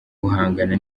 guhangana